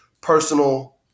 personal